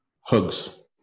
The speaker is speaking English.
Hugs